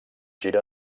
gira